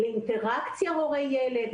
לאינטראקציה של הורה-ילד,